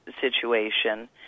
situation